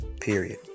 period